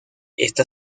esta